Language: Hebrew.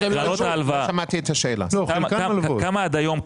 עד היום,